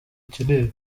kinini